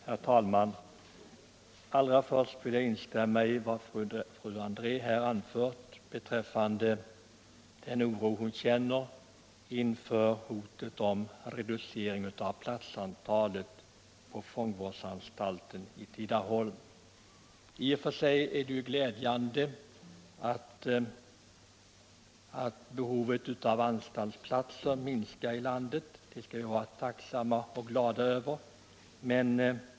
Herr talman! Först vill jag instämma i vad fru André anfört och den oro hon känner inför hotet om reducering av platsantalet på fångvårdsanstalten i Tidaholm. I och för sig är det glädjande att behovet av anstaltsplatser i landet minskar — det skall vi vara tacksamma och glada för.